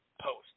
post